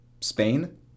Spain